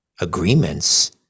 agreements